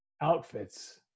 outfits